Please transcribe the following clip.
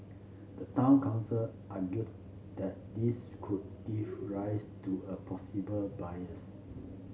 the town council argued that this could give rise to a possible bias